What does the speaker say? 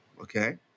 okay